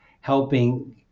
helping